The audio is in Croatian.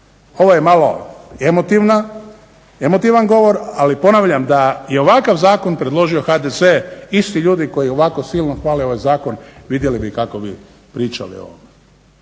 ovo je malo emotivan govor, ali ponavljam da je ovakav način predložio HDZ, isti ljudi koji ovako silno hvale ovaj zakon vidjeli bi kako bi pričali o ovome.